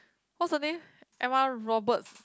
what's her name Emma-Robert